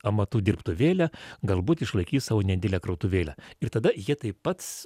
amatų dirbtuvėlę galbūt išlaikys savo nedidelę krautuvėlę ir tada jie tai pats